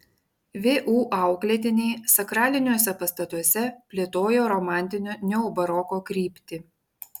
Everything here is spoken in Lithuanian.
vu auklėtiniai sakraliniuose pastatuose plėtojo romantinio neobaroko kryptį